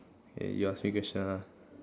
eh you ask me question ah